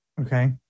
Okay